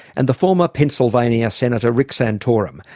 and the former pennsylvania senator rick santorum,